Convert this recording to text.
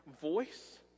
voice